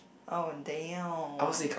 oh damn